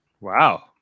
Wow